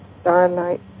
starlight